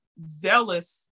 zealous